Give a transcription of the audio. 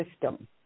system